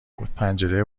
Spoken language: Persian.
بود، پنجره